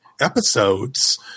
episodes